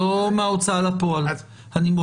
ולראות את הפרקטיקה של עוני מחפיר בקרב